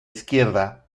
izquierda